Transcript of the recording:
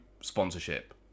sponsorship